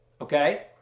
Okay